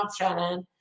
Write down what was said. Shannon